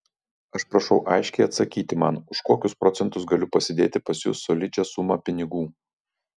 aš prašau aiškiai atsakyti man už kokius procentus galiu pasidėti pas jus solidžią sumą pinigų